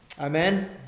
Amen